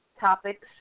topics